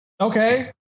Okay